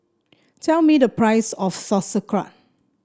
tell me the price of Sauerkraut